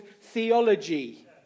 theology